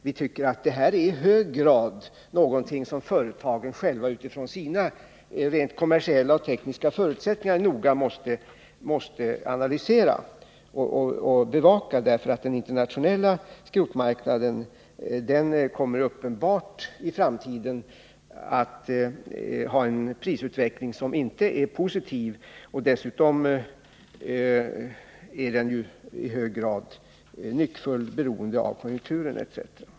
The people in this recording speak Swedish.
Vi tycker att det i hög grad är någonting som företagen själva utifrån sina rent kommersiella och tekniska förutsättningar noga måste analysera och bevaka, därför att den internationella skrotmarknaden i framtiden uppenbarligen kommer att få en prisutveckling som inte är positiv. Dessutom är den ju i hög grad nyckfull med tanke på konjunkturen etc.